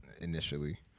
initially